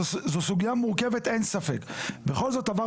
כי זאת סוגיה מורכבת --- זאת לא סוגיה